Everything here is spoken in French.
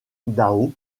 trouvent